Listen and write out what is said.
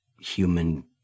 human